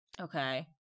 Okay